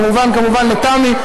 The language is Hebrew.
כמובן כמובן לתמי,